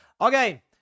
Okay